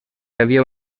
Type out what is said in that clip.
havia